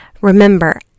Remember